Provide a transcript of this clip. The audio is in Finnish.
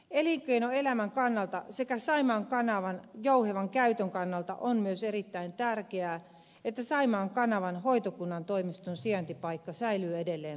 elinkeinoelämän kannalta sekä saimaan kanavan jouhevan käytön kannalta on myös erittäin tärkeää että saimaan kanavan hoitokunnan toimiston sijaintipaikka säilyy edelleen lappeenrannassa